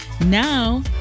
Now